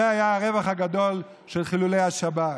זה היה הרווח הגדול של חילולי השבת.